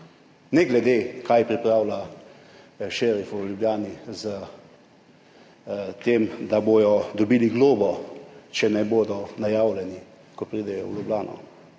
Ne glede kaj pripravlja šerif v Ljubljani, s tem, da bodo dobili globo, če ne bodo najavljeni, ko pridejo v Ljubljano.